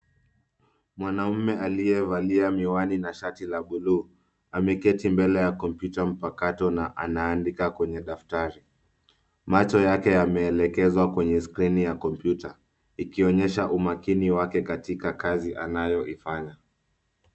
Mwanaume aliyevalia miwani na shati la buluuu, ameketi mbele ya kompyuta mpakato na anaandika kwenye daftari. Macho yake yameelekezwa kwenye skirini ya kompyuta, ikionyesha umakini wake katika kazi anayoifanya.